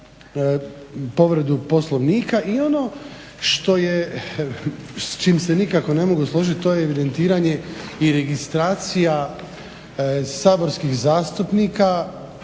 povredu Poslovnika i ono što je s čim se nikako ne mogu složiti to je evidentiranje i registracija saborskih zastupnika.